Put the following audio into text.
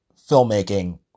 filmmaking